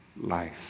life